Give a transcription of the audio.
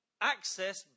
access